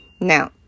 now